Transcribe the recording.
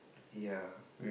ya